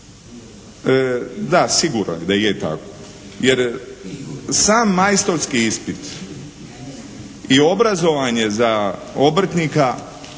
Da, sigurno da je tako jer sam majstorski ispit i obrazovanje za obrtnika